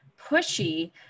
pushy